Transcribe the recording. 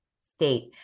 state